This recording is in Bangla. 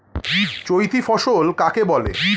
চৈতি ফসল কাকে বলে?